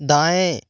दाएं